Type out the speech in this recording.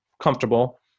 comfortable